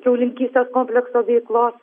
kiaulininkystės komplekso veiklos